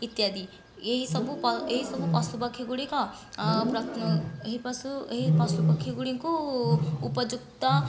ଇତ୍ୟାଦି ଏହିସବୁ ଏହିସବୁ ପଶୁ ପକ୍ଷୀ ଗୁଡ଼ିକ ଏହି ପଶୁ ଏହି ପଶୁ ପକ୍ଷୀ ଗୁଡ଼ିକୁ ଉପଯୁକ୍ତ